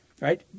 right